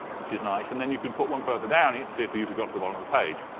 which is nice. and then you can put one further down and see if the user got to the bottom of the page.